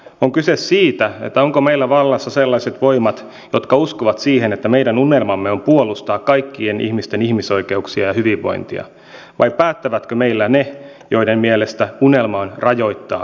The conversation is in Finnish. on kyse siitä onko meillä vallassa sellaiset voimat jotka uskovat siihen että meidän unelmamme on puolustaa kaikkien ihmisten ihmisoikeuksia ja hyvinvointia vai päättävätkö meillä ne joiden mielestä unelma on rajoittaa ihmisoikeuksia